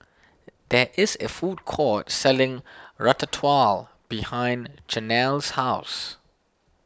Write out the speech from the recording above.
there is a food court selling Ratatouille behind Jenelle's house